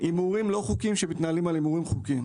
הימורים לא חוקיים שמתנהלים על הימורים חוקיים.